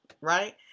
Right